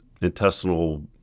intestinal